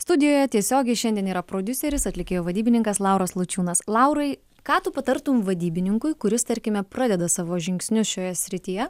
studijoje tiesiogiai šiandien yra prodiuseris atlikėjo vadybininkas lauras lučiūnas laurai ką tu patartum vadybininkui kuris tarkime pradeda savo žingsnius šioje srityje